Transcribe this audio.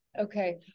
Okay